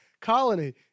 Colony